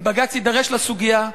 ובג"ץ יידרש לסוגיה,